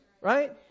right